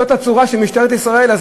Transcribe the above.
זאת הצורה של משטרת ישראל.